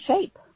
shape